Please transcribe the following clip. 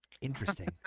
interesting